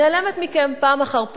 נעלמת מכם פעם אחר פעם,